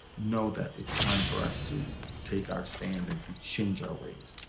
know that it's time for us to take our stand and to change our ways.